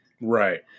Right